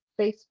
Facebook